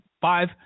five